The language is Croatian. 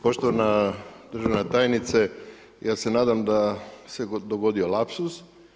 Poštovana državna tajnice, ja se nadam da se dogodio lapsus.